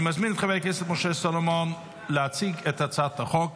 אני מזמין את חבר הכנסת משה סולומון להציג את הצעת החוק.